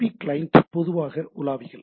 B client பொதுவாக உலாவிகள்